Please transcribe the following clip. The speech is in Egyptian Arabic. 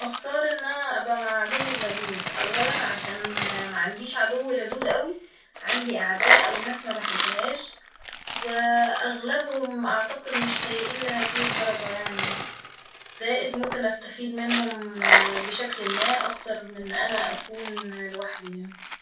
اختار ان أنا أبقى مع عدوي اللدود ، أولا علشان معنديش عدو لدود أوي ، عندي أعداء وناس مبحبهاش وأغلبهم أعتقد مش سيئين لهذه الدرجة يعني زائد ممكن أستفيد منهم بشكل ما أكتر من إن أنا أكون لوحدي يعني